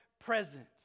presence